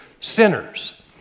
sinners